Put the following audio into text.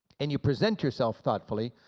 and you present yourself thoughtfully,